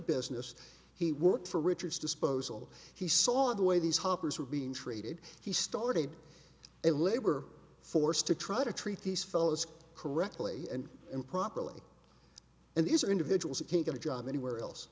business he worked for richard's disposal he saw the way these hoppers were being treated he started a labor force to try to treat these fellows correctly and improperly and these are individuals who can't get a job anywhere else